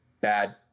bad